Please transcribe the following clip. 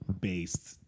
based